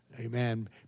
Amen